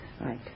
Right